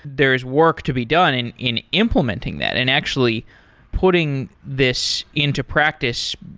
there is work to be done in in implementing that, and actually putting this into practice,